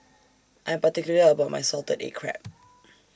I'm particular about My Salted Egg Crab